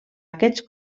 aquests